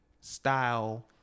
style